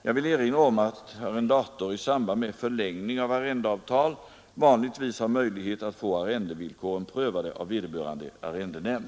Jag vill erinra om att arrendator i samband med förlängning av arrendeavtal vanligtvis har möjlighet att få arrendevillkoren prövade av vederbörande arrendenämnd.